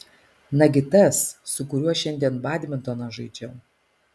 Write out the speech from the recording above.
nagi tas su kuriuo šiandien badmintoną žaidžiau